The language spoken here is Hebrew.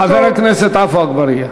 חבר הכנסת עפו אגבאריה.